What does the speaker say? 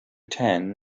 ten